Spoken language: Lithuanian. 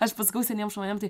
aš pasakau seniem žmonėm tai